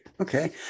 Okay